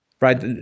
right